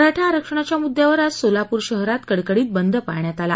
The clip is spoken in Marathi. मराठा आरक्षणाच्या मुद्यावर आज सोलापूर शहरात कडकडीत बंद पाळण्यात आला